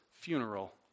funeral